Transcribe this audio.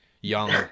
young